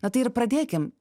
na tai ir pradėkim